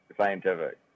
scientific